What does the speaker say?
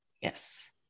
Yes